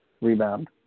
Rebound